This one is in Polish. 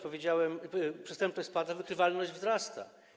Powiedziałem, że przestępczość spada, a wykrywalność wzrasta.